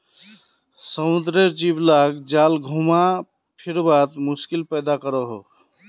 समुद्रेर जीव लाक जाल घुमा फिरवात मुश्किल पैदा करोह